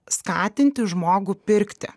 skatinti žmogų pirkti